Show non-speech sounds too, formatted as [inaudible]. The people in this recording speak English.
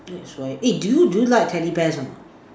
next [noise] eh do you do you like teddy bears or not